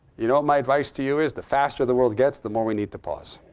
you know what my advice to you is? the faster the world gets, the more we need to pause.